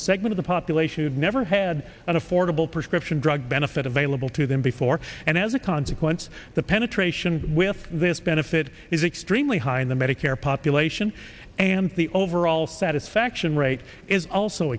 a segment of the population have never had an affordable prescription drug benefit available to them before and as a consequence the penetration with this benefit is extremely high in the medicare population and the overall satisfaction rate is also